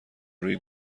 روی